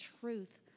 truth